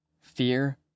fear